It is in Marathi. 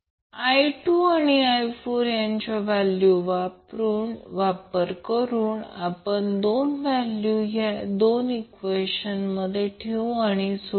I2 आणि I4 यांच्या व्हॅल्यूचा वापर करून आपण या दोन व्हॅल्यू या दोन ईक्वेशनमध्ये ठेवू आणि सोडवू या